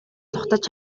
зугтаж